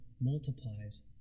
multiplies